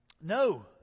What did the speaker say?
No